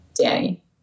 Danny